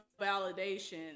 validation